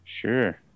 Sure